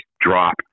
drop